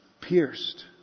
pierced